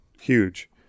Huge